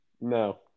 No